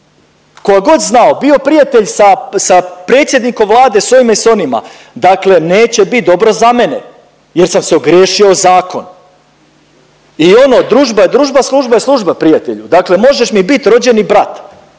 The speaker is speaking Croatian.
ko ga god znao, bio prijatelj sa, sa predsjednikom Vlade, s ovima i s onima, dakle neće bit dobro za mene jer sam se ogriješio od zakon i ono „družba je družba, služba je služba“ prijatelju, dakle možeš mi bit rođeni brat,